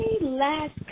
last